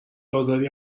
آزادی